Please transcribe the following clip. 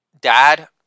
dad